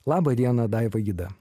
labą dieną daiva ida